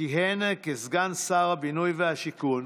כיהן כסגן שר הבינוי והשיכון,